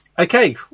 Okay